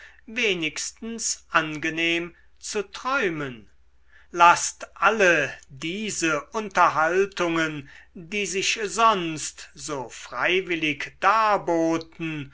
wenigstens angenehm zu träumen laßt alle diese unterhaltungen die sich sonst so freiwillig